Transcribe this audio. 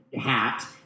hat